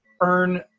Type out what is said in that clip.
earn